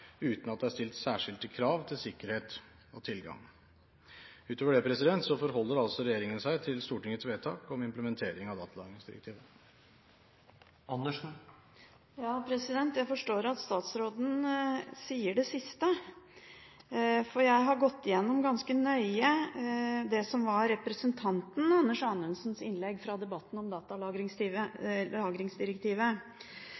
uten at det er stilt særskilte krav til sikkerhet og tilgang. Utover det forholder regjeringen seg til Stortingets vedtak om implementering av datalagringsdirektivet. Jeg forstår at statsråden sier det siste, for jeg har gått ganske nøye gjennom det som var representanten Anders Anundsens innlegg fra debatten om